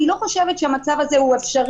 אני לא חושבת שהמצב הזה הוא אפשרי.